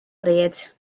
bryd